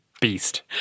Beast